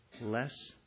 less